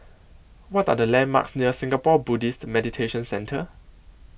What Are The landmarks near Singapore Buddhist Meditation Centre